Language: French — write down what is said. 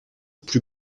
plus